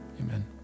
amen